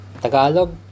Tagalog